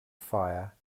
fire